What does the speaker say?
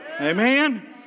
Amen